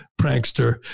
prankster